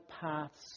paths